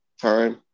time